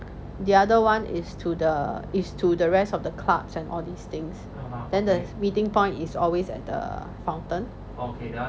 the other one is to the is to the rest of the clubs and all these things then the meeting point is always at the fountain